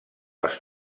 els